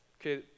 Okay